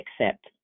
accept